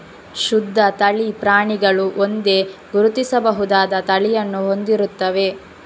ಶುದ್ಧ ತಳಿ ಪ್ರಾಣಿಗಳು ಒಂದೇ, ಗುರುತಿಸಬಹುದಾದ ತಳಿಯನ್ನು ಹೊಂದಿರುತ್ತವೆ